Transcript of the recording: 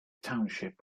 township